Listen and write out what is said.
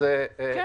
אם